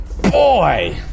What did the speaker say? boy